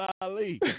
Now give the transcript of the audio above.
Ali